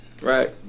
right